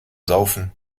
saufen